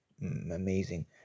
amazing